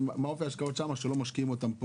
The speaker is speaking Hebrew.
היום מבחינת המלאי הקיים,